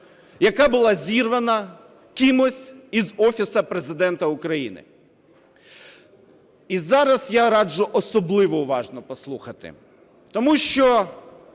яка була зірвана кимось із Офісу Президента України. І зараз я раджу особливо уважно послухати, тому що